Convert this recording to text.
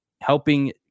helping